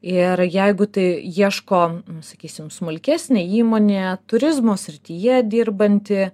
ir jeigu tai ieško sakysim smulkesnė įmonė turizmo srityje dirbanti